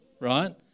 right